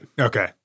Okay